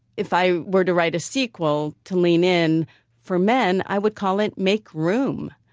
if i were to write a sequel to lean in for men i would call it make room.